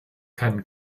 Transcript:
kann